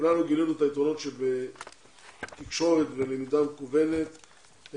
כולנו גילינו את היתרונות שבתקשורת ולמידה מקוונת בה